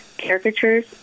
caricatures